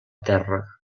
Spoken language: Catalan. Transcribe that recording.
terra